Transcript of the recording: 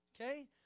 Okay